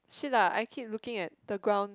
shit ah I keep looking at the ground